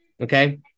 Okay